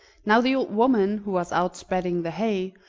now the old woman, who was out spreading the hay,